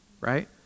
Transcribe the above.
right